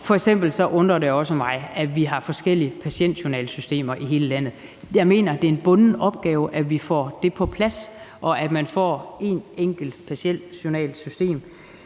undrer det også mig, at vi har forskellige patientjournalsystemer i hele landet. Jeg mener, det er en bunden opgave, at vi får det på plads, og at man får ét enkelt patientjournalsystem.